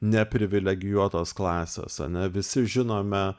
neprivilegijuotos klasės ane visi žinome